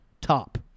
top